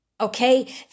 Okay